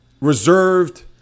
Reserved